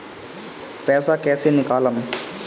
पैसा कैसे निकालम?